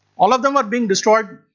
all of them are being destroyed,